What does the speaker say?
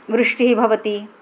वृष्टिः भवति